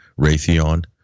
Raytheon